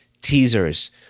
teasers